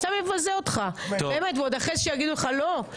סתם יבזה אותך, באמת, ועוד אחרי שיגידו לך לא.